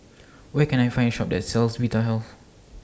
Where Can I Find Shop that sells Vitahealth